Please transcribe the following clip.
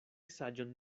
saĝon